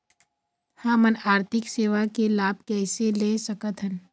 हमन आरथिक सेवा के लाभ कैसे ले सकथन?